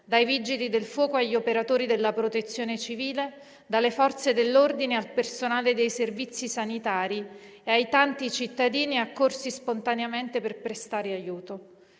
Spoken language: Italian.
dai Vigili del fuoco agli operatori della Protezione civile, dalle Forze dell'ordine al personale dei servizi sanitari e ai tanti cittadini accorsi spontaneamente per prestare aiuto.